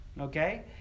Okay